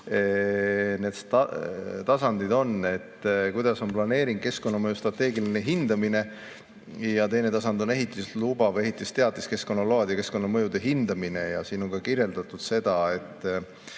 need tasandid on, et kuidas on planeering, keskkonnamõju strateegiline hindamine. Ja teine tasand on ehitusluba või ehitusteatis, keskkonnamõjude hindamine ja siin on ka kirjeldatud seda. Ma